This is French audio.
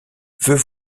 veut